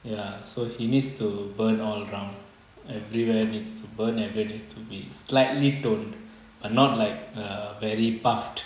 ya so he needs to burn all around everywhere needs to burn everywhere needs to be slightly toned but not like err very puffed